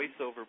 voiceover